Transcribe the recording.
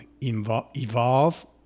evolve